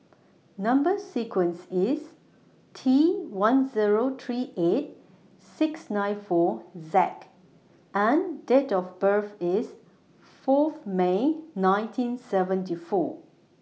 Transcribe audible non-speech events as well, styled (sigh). Number sequence IS T one Zero three eight six nine four (unintelligible) and Date of birth IS Fourth May nineteen seventy four